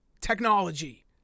technology